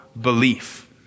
belief